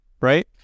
right